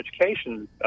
Education